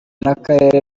n’akarere